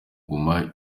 guma